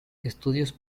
estudios